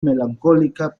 melancólica